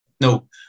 no